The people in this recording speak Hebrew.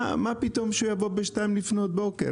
מה פתאום שהוא יבוא ב-2:00 לפנות בוקר?